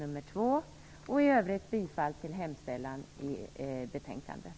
I övrigt yrkar jag bifall till hemställan i betänkandet.